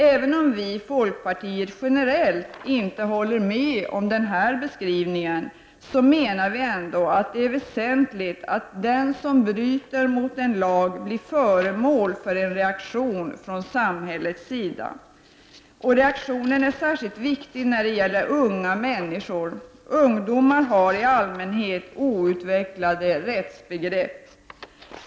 Även om vi i folkpartiet generellt inte håller med om denna beskrivning, menar vi ändå att det är väsentligt att den som bryter mot en lag blir föremål för en reaktion från samhällets sida. Reaktionen är särskilt viktig när det gäller unga människor. Ungdomar har i allmänhet outvecklade rättsbegrepp.